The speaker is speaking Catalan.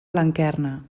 blanquerna